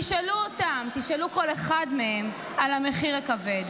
תשאלו אותם, תשאלו כל אחד מהם על המחיר הכבד.